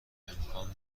امکان